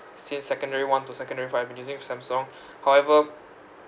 since secondary one to secondary five I've been using samsung however